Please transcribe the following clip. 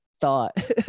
thought